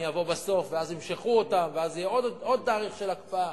אני אבוא בסוף ואז ימשכו אותם ואז יהיה עוד תאריך של הקפאה.